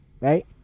Right